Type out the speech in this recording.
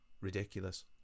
ridiculous